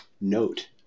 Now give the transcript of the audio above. Note